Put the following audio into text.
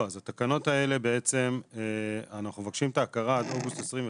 לא, אנחנו מבקשים את ההכרה עד אוגוסט 25'